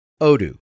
Odoo